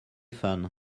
fun